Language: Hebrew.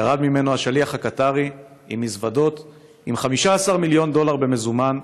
ירד ממנו השליח הקטארי עם מזוודות עם 15 מיליון דולר במזומן,